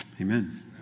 Amen